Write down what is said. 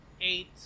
eight